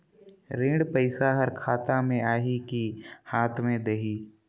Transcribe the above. ऋण पइसा हर खाता मे आही की हाथ मे देही?